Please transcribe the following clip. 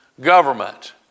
Government